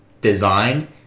design